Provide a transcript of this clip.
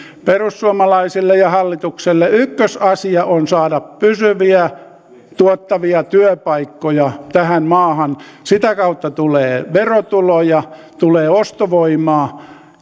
perussuomalaisille ja hallitukselle ykkösasia on saada pysyviä tuottavia työpaikkoja tähän maahan sitä kautta tulee verotuloja tulee ostovoimaa